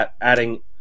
adding –